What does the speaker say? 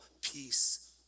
peace